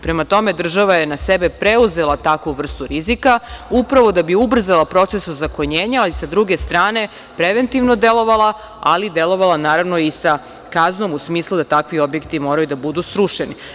Prema tome, država je na sebe preuzela takvu vrstu rizika, upravo da bi ubrzala proces ozakonjenja, ali sa druge strane preventivno delovala, ali delovala naravno i sa kaznom, u smislu da takvi objekti moraju da budu srušeni.